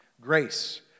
Grace